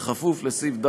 ובכפוף לסעיף ד'